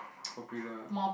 popular